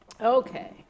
Okay